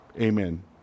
Amen